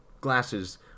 glasses